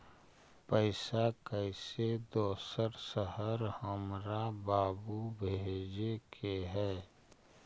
पैसा कैसै दोसर शहर हमरा बाबू भेजे के है?